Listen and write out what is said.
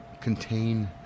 contain